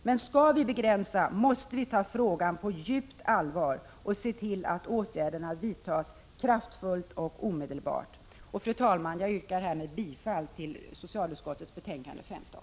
Men skall vi begränsa spridningen måste vi ta frågan på djupt allvar och se till att åtgärderna vidtas kraftfullt och omedelbart. Fru talman! Jag yrkar härmed bifall till socialutskottets hemställan i betänkande 15.